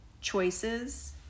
choices